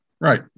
Right